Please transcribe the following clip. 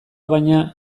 baina